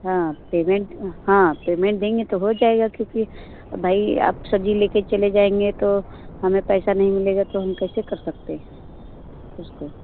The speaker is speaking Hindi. हाँ पेमेंट हाँ पेमेंट देंगे तो हो जाएगा क्योंकि भाई आप सभी लेकर चले जाएँगे तो हमें पैसा नहीं मिलेगा तो हम कैसे कर सकते हैं उसको